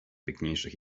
piękniejszych